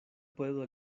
puedo